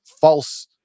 false